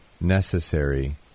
necessary